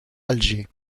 alger